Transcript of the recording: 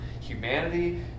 humanity